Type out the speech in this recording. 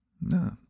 No